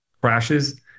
crashes